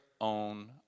own